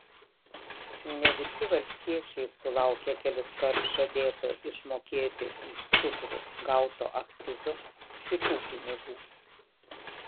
ne visi valstiečiai sulaukė keliskart žadėto išmokėti už cukrų gauto akcizo kitų pinigų